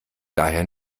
daher